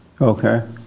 Okay